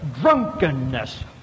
drunkenness